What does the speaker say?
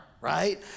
right